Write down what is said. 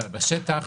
בשטח.